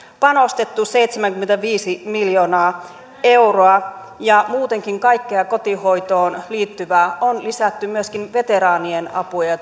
panostettu seitsemänkymmentäviisi miljoonaa euroa ja muutenkin kaikkea kotihoitoon liittyvää on lisätty myöskin veteraanien apuun ja